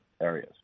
areas